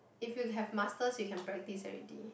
if you have muscles you can practice already